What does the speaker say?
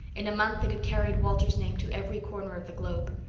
in a month it had carried walter's name to every corner of the globe.